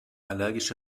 allergische